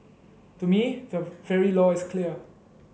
to me the very law is clear